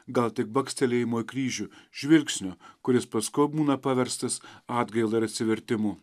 gal tik bakstelėjimo į kryžių žvilgsnio kuris paskui būna paverstas atgaila atsivertimu